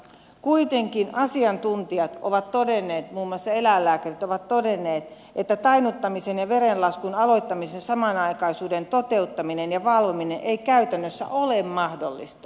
kuitenkin asiantuntijat ovat todenneet muun muassa eläinlääkärit ovat todenneet että tainnuttamisen ja verenlaskun aloittamisen samanaikaisuuden toteuttaminen ja valvominen ei käytännössä ole mahdollista